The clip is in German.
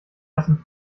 lassen